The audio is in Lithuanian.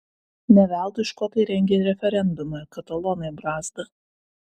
ne veltui škotai rengė referendumą katalonai brazda